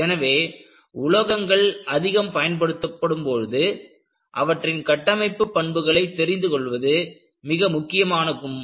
எனவே உலோகங்கள் அதிகம் பயன்படுத்தப்படும் பொழுது அவற்றின் கட்டமைப்பு பண்புகளை தெரிந்து கொள்வது மிக முக்கியமாகும்